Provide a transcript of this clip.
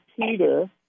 Peter